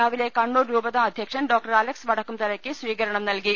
രാവിലെ കണ്ണൂർ രൂപതാ അധ്യക്ഷൻ ഡോക്ടർ അലക്സ് വടക്കുംതലക്ക് സ്വീകരണം നൽകി